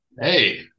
Hey